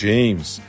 James